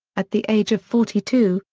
at the age of forty two,